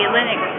Linux